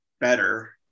better